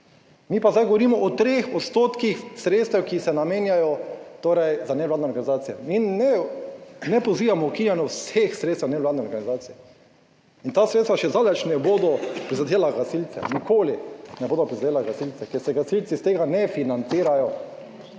Mi pa zdaj govorimo o 3 % sredstev, ki se namenjajo torej za nevladne organizacije. Mi ne pozivamo k ukinjanju vseh sredstev nevladne organizacije in ta sredstva še zdaleč ne bodo prizadela gasilce, nikoli ne bodo prizadela gasilce, ker se gasilci iz tega ne financirajo.